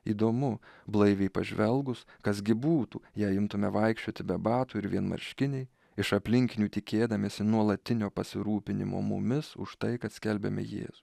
įdomu blaiviai pažvelgus kas gi būtų jei imtume vaikščioti be batų ir vienmarškiniai iš aplinkinių tikėdamiesi nuolatinio pasirūpinimo mumis už tai kad skelbiame jėzų